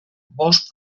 bost